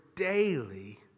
daily